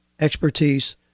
expertise